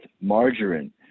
margarine